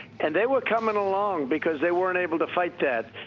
and they were coming along because they weren't able to fight that.